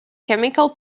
chemical